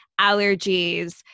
allergies